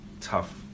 tough